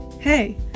Hey